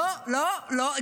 לא, לא, לא.